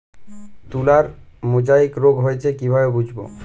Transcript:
তুলার মোজাইক রোগ হয়েছে কিভাবে বুঝবো?